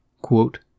quote